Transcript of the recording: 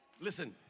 Listen